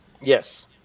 Yes